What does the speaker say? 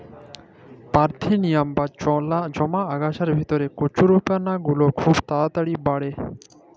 parthenium বা জলা আগাছার ভিতরে কচুরিপানা বাঢ়্যের দিগেল্লে দমে চাঁড়ের